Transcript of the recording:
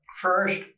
First